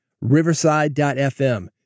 Riverside.fm